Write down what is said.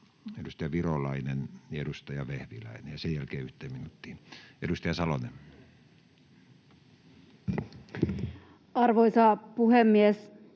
Halla-aho, Virolainen ja Vehviläinen, ja sen jälkeen 1 minuuttiin. — Edustaja Salonen. Arvoisa puhemies!